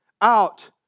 out